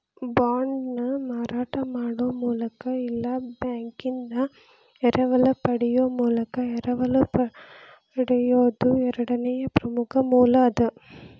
ಬಾಂಡ್ನ ಮಾರಾಟ ಮಾಡೊ ಮೂಲಕ ಇಲ್ಲಾ ಬ್ಯಾಂಕಿಂದಾ ಎರವಲ ಪಡೆಯೊ ಮೂಲಕ ಎರವಲು ಪಡೆಯೊದು ಎರಡನೇ ಪ್ರಮುಖ ಮೂಲ ಅದ